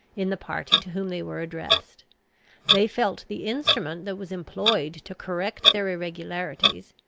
in the party to whom they were addressed they felt the instrument that was employed to correct their irregularities,